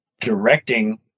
directing